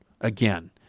Again